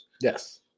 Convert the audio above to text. Yes